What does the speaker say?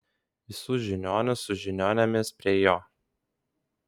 visus žiniuonius su žiniuonėmis prie jo